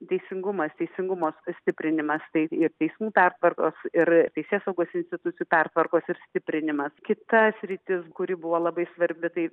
teisingumas teisingumo stiprinimas tai ir teismų pertvarkos ir teisėsaugos institucijų pertvarkos ir stiprinimas kita sritis kuri buvo labai svarbi tai